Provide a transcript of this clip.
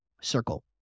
circle